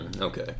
okay